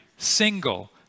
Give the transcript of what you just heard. single